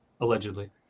allegedly